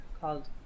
called